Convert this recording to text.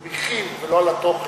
המוליכים, ולא על התוכן,